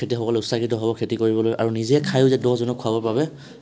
খেতিয়কসকল উৎসাহিত হ'ব খেতি কৰিবলৈ আৰু নিজে খাইয়ো যে দহজনক খুৱাব বাবে